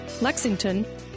Lexington